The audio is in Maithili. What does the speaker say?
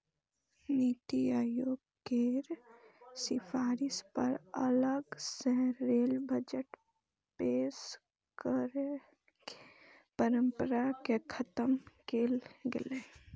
नीति आयोग केर सिफारिश पर अलग सं रेल बजट पेश करै के परंपरा कें खत्म कैल गेलै